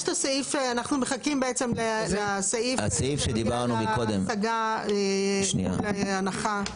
אנחנו מחכים לסעיף שדיבר על ההשגה והנחה.